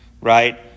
right